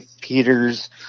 Peters